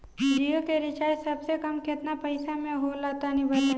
जियो के रिचार्ज सबसे कम केतना पईसा म होला तनि बताई?